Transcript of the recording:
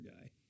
guy